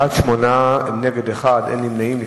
בעד, 8, נגד, 1, אין נמנעים.